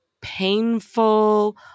painful